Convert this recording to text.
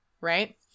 right